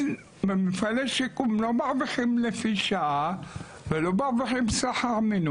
הם במפעלי שיקום לא מרוויחים לפי שעה ולא מרוויחים שכר מינימום.